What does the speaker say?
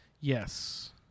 Yes